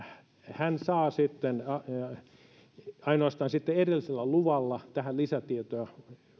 hän saa ainoastaan erillisellä luvalla tähän lisätietoja